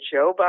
Joe